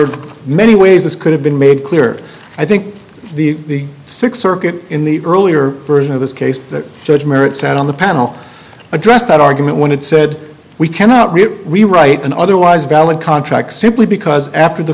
are many ways this could have been made clear i think the sixth circuit in the earlier version of this case the judge merits and on the panel addressed that argument when it said we cannot really rewrite an otherwise valid contract simply because after the